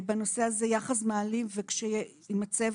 בנושא הזה יחס מעליב עם הצוות,